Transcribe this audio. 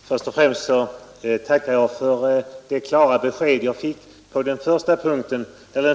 Herr talman! Först och främst tackar jag för det klara beskedet på den